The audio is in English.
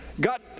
God